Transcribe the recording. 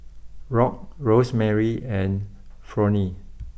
Rock Rosemarie and Fronnie